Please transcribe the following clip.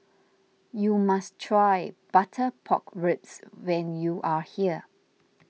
you must try Butter Pork Ribs when you are here